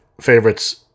favorites